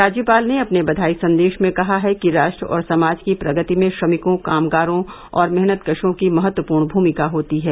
राज्यपाल ने अपने बधाई संदेश में कहा है कि राष्ट्र और समाज की प्रगति में श्रमिकों कामगारों और मेहनतकशों की महत्वपूर्ण भूमिका होती है